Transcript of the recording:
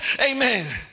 amen